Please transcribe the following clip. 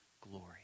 glory